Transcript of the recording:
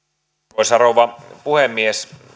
arvoisa rouva puhemies